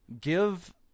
Give